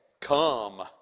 come